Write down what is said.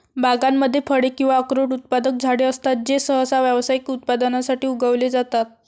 बागांमध्ये फळे किंवा अक्रोड उत्पादक झाडे असतात जे सहसा व्यावसायिक उत्पादनासाठी उगवले जातात